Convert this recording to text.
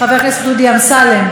חבר הכנסת דודי אמסלם,